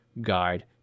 guide